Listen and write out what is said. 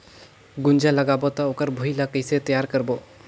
गुनजा लगाबो ता ओकर भुईं ला कइसे तियार करबो?